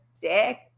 dick